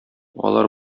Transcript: алар